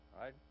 right